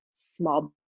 Small